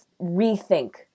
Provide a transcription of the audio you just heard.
rethink